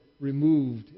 removed